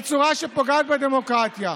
בצורה שפוגעת בדמוקרטיה,